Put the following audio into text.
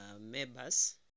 members